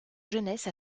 jeunesse